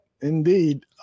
indeed